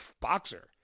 boxer